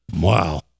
Wow